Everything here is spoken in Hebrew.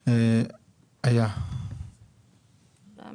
הצבעה לא נתקבלה.